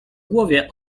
głowie